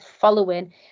following